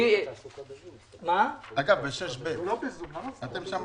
מה שהוא אומר עכשיו זה מה שאנחנו